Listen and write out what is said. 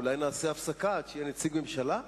אולי נעשה הפסקה עד שנציג ממשלה יבוא?